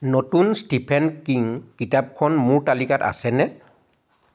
নতুন Stephen King কিতাপখন মোৰ তালিকাত আছেনে